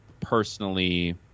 personally